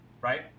right